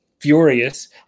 furious